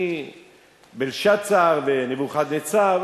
בלשאצר ונבוכדנצר,